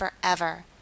forever